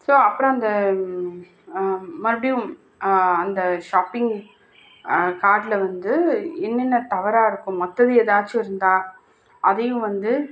so அப்புறம் அந்த மறுபடியும் அந்த ஷாப்பிங் கார்ட்டில் வந்து என்னென்ன தவறாக இருக்குது மற்றது ஏதாச்சும் இருந்தால் அதையும் வந்து